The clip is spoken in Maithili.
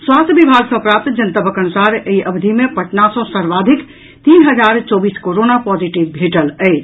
स्वास्थ्य विभाग सँ प्राप्त जनतबक अनुसार एहि अवधि मे पटना सँ सर्वाधिक तीन हजार चौबीस कोरोना पॉजिटिव भेटल अछि